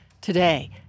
Today